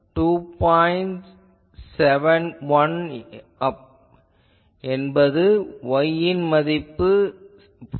271 அப்போது y ன் மதிப்பு 4